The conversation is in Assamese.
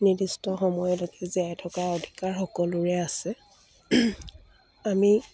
নিৰ্দিষ্ট সময়লৈকে জীয়াই থকা অধিকাৰ সকলোৰে আছে আমি